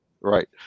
Right